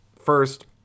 First